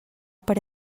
per